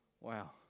Wow